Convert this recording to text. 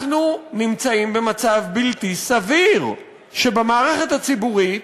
אנחנו נמצאים במצב בלתי סביר, שבמערכת הציבורית,